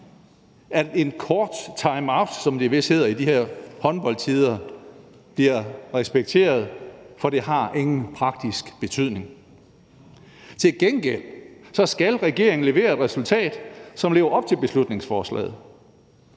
at en kort timeout, som det vist hedder i de her håndboldtider, bliver respekteret, for det har ingen praktisk betydning. Til gengæld skal regeringen levere et resultat, som lever op til beslutningsforslaget.